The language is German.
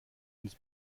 uns